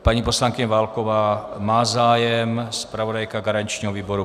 Paní poslankyně Válková má zájem zpravodajka garančního výboru.